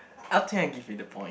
I think I'll give you the point